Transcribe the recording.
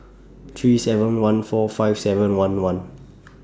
three seven one four five seven one one